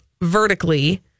vertically